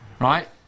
right